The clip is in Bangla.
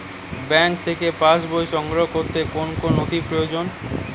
ব্যাঙ্ক থেকে পাস বই সংগ্রহ করতে কোন কোন নথি প্রয়োজন?